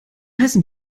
heißen